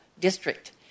district